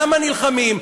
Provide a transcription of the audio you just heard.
למה נלחמים.